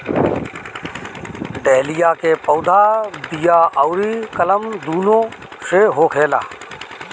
dahlia के पौधा बिया अउरी कलम दूनो से होखेला